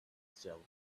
seller